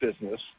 business